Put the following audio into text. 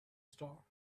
star